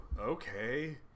Okay